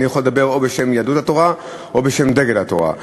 אני יכול לדבר בשם יהדות התורה או בשם דגל התורה,